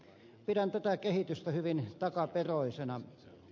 pidän tätä kehitystä hyvin takaperoisena